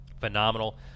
phenomenal